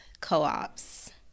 co-ops